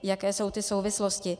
Jaké jsou ty souvislosti?